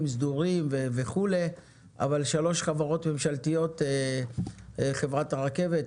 סדורים וכולי אבל שלוש חברות ממשלתיות חברת הרכבת,